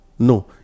no